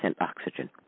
oxygen